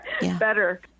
better